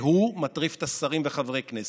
והוא מטריף את השרים וחברי הכנסת,